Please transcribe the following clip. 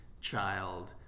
child